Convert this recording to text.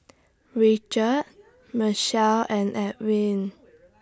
Richard Mechelle and Edwin